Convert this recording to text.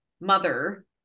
mother